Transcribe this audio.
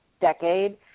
decade